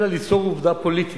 אלא ליצור עובדה פוליטית.